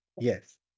Yes